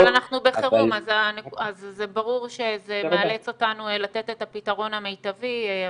אבל אנחנו בחירום אז זה ברור שזה מאלץ אותנו לתת את הפתרון המיטבי,